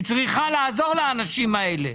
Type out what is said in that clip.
היא צריכה לעזור לאנשים האלה.